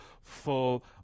full